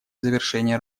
завершение